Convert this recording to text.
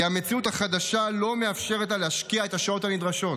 כי המציאות החדשה לא מאפשרת לה להשקיע את השעות הנדרשות.